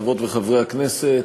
חברות וחברי הכנסת,